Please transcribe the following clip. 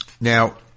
Now